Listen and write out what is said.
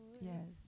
Yes